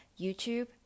YouTube